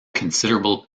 considerable